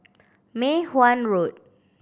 Mei Hwan Road